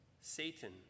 Satan